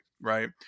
right